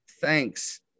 thanks